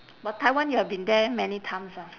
but taiwan you have been there many times ah